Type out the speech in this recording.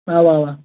اَوہ اَوہ